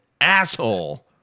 asshole